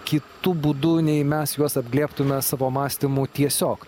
kitu būdu nei mes juos atlieptume savo mąstymu tiesiog